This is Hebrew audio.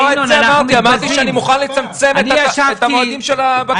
מוכן לצמצם את המועדים של הבקשה.